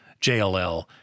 JLL